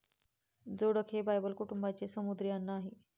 जोडक हे बायबल कुटुंबाचे समुद्री अन्न आहे